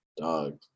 Dog